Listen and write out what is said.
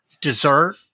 dessert